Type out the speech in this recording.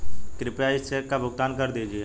कृपया इस चेक का भुगतान कर दीजिए